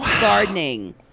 gardening